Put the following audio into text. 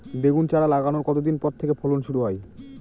বেগুন চারা লাগানোর কতদিন পর থেকে ফলন শুরু হয়?